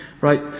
Right